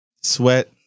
Sweat